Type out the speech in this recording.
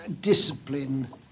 Discipline